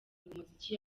umuziki